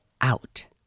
out